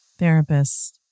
Therapists